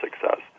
success